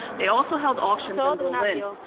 they also held auctions in berlin.